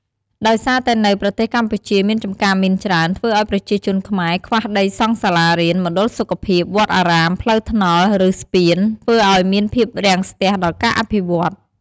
ដោយសារតែនៅប្រទេសកម្ពុជាមានចំការមីនច្រើន ធ្វើឲ្យប្រជាជនខ្មែរខ្វះដីសង់សាលារៀន មណ្ឌលសុខភាព វត្តអារាម ផ្លូវថ្នល់ ឬ ស្ពាន ធ្វើឲ្យមានភាពរាំងស្ទះដល់ការអភិវឌ្ឍ។